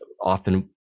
often